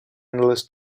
endless